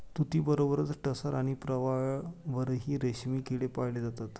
तुतीबरोबरच टसर आणि प्रवाळावरही रेशमी किडे पाळले जातात